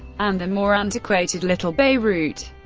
and the more antiquated little beirut.